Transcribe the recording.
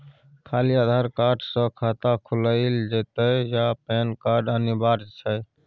खाली आधार कार्ड स खाता खुईल जेतै या पेन कार्ड अनिवार्य छै?